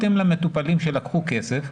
למטופלים שלקחו כסף,